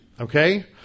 okay